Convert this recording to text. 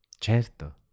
Certo